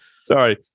Sorry